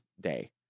day